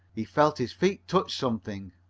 he felt his feet touch something.